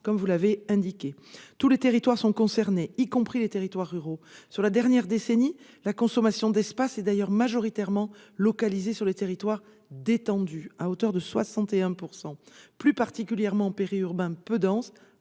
comme vous l'avez indiqué. Tous les territoires sont concernés, y compris les territoires ruraux. Sur la dernière décennie, la consommation d'espaces est d'ailleurs majoritairement, à hauteur de 61 %, localisée sur les territoires détendus, plus particulièrement en périurbain peu dense